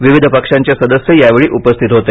विविध पक्षांचे सदस्य यावेळी उपस्थित होते